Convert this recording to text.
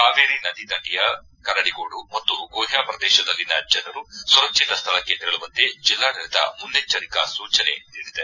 ಕಾವೇರಿ ನದಿ ದಂಡೆಯ ಕರಡಿಗೋಡು ಮತ್ತು ಗುಹ್ಡಾ ಪ್ರದೇಶದಲ್ಲಿನ ಜನರು ಸುರಕ್ಷಿತ ಸ್ವಳಕ್ಕೆ ತೆರಳುವಂತೆ ಜಿಲ್ಲಾಡಳತ ಮುನ್ನೆಚ್ಚರಿಕಾ ಸೂಚನೆ ನೀಡಿದೆ